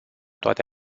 toate